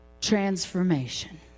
transformation